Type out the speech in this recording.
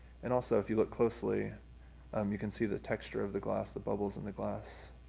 and also if you look closely um you can see the texture of the glass, the bubbles in the glass.